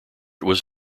was